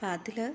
അപ്പം അതിൽ